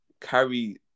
carry